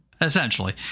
essentially